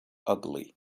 ugly